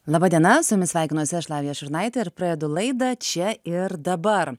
laba diena su jumis sveikinuosi aš lavija šurnaitė ir pradedu laidą čia ir dabar